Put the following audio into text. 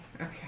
Okay